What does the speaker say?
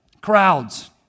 Crowds